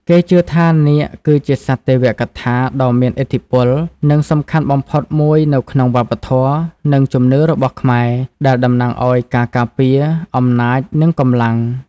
គេជឿថា នាគ គឺជាសត្វទេវកថាដ៏មានឥទ្ធិពល និងសំខាន់បំផុតមួយនៅក្នុងវប្បធម៌ និងជំនឿរបស់ខ្មែរ ដែលតំណាងឱ្យការការពារ អំណាច និងកម្លាំង។